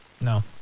No